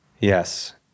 Yes